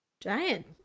Giant